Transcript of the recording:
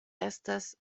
estas